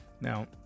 Now